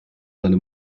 seine